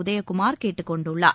உதயகுமார் கேட்டுக் கொண்டுள்ளார்